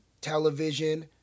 television